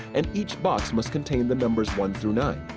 and each box must contain the numbers one through nine.